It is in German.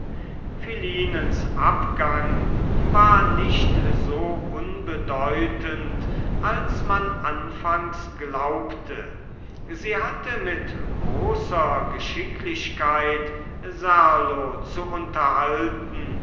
philinens abgang war nicht so unbedeutend als man anfangs glaubte sie hatte mit großer geschicklichkeit serlo zu unterhalten